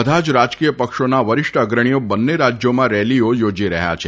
બધા જ રાજકીય પક્ષોના વરિષ્ઠ અગ્રણીઓ બંને રાજયોમાં રેલીઓ થોજી રહયા છે